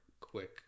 quick